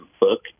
book